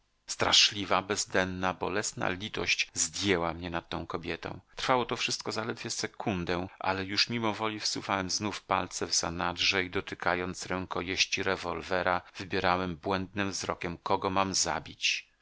straszliwa bezdenna bolesna litość zdjęła mnie nad tą kobietą trwało to wszystko zaledwie sekundę ale już mimowoli wsuwałem znów palce w zanadrze i dotykając rękojeści rewolwera wybierałem błędnym wzrokiem kogo mam zabić